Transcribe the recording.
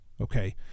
okay